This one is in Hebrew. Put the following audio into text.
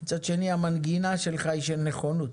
מצד שני המנגינה שלך היא של נכונות.